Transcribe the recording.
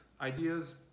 ideas